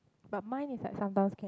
but mine is like sometimes can